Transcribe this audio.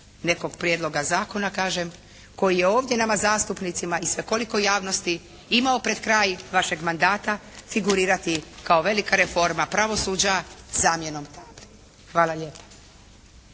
nekog prijedloga zakona kažem koji je ovdje nama zastupnicima i svekolikoj javnosti imao pred kraj vašeg mandata figurirati kao velika reforma pravosuđa zamjenom tabli. Hvala lijepa.